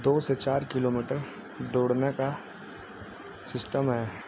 دو سے چار kilometre دوڑنے کا سسٹم ہے